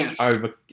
over